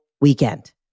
weekend